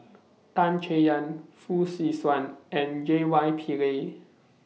Tan Chay Yan Fong Swee Suan and J Y Pillay